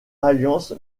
alliance